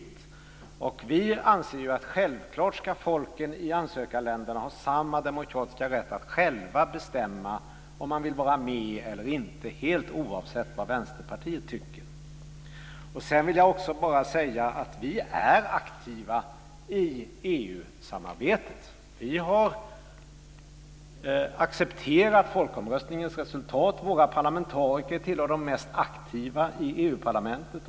Vi anser att folken i ansökarländerna självfallet ska ha samma demokratiska rätt att själva bestämma om de vill vara med eller inte, helt oavsett vad Vänsterpartiet tycker. Sedan vill jag bara säga att vi är aktiva i EU samarbetet. Vi har accepterat folkomröstningens resultat. Våra parlamentariker hör till de mest aktiva i EU-parlamentet.